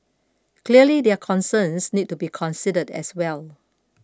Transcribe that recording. clearly their concerns need to be considered as well